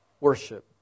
worship